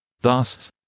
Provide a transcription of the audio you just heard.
Thus